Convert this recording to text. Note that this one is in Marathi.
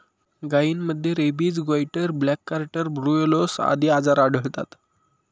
गायींमध्ये rabies, goitre, black quarter, brucellosis आदी आजार आढळतात